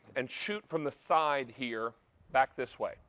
and shoot from the side here back this way.